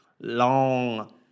long